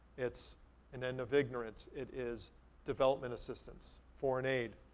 it's an end of ignorance, it is development assistance, foreign aid,